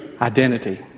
identity